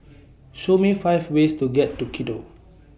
Show Me five ways to get to Quito